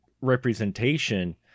representation